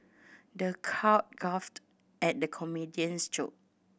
the crowd guffawed at the comedian's joke